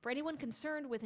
for anyone concerned with